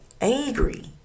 angry